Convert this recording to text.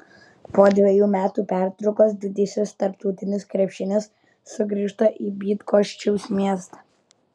po dvejų metų pertraukos didysis tarptautinis krepšinis sugrįžta į bydgoščiaus miestą